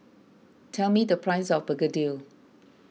tell me the price of Begedil